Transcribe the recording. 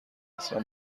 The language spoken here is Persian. اصلا